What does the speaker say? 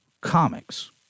comics